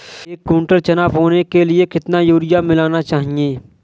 एक कुंटल चना बोने के लिए कितना यूरिया मिलाना चाहिये?